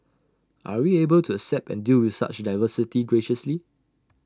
are we able to accept and deal with such diversity graciously